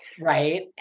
Right